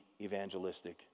evangelistic